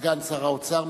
משמש כסגן שר האוצר,